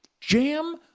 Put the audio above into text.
Jam